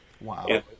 Wow